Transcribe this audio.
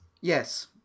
yes